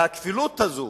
והכפילות הזו